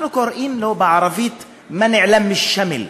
אנחנו קוראים לו בערבית "מנע לם אלשמל"